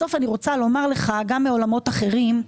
בסוף אני רוצה לומר לך גם מעולמות אחרים,